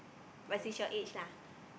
but she's your age lah